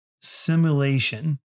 Simulation